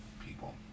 people